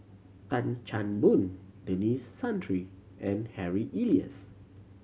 Tan Chan Boon Denis Santry and Harry Elias